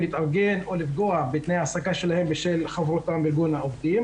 להתארגן או לפגוע בתנאי ההעסקה שלהם בשל חברותם בארגון עובדים.